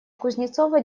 кузнецова